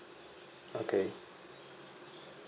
okay